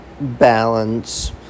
balance